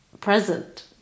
present